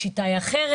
השיטה היא אחרת.